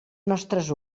nostres